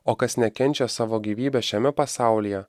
o kas nekenčia savo gyvybę šiame pasaulyje